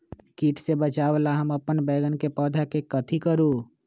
किट से बचावला हम अपन बैंगन के पौधा के कथी करू?